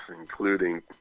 including